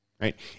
Right